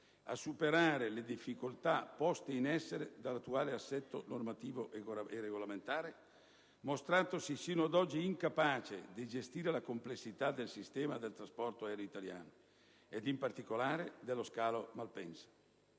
a superare le difficoltà poste in essere dall'attuale assetto normativo e regolamentare, mostratosi sino ad oggi incapace di gestire la complessità del sistema del trasporto aereo italiano, ed in particolare dello scalo di Malpensa,